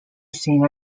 seen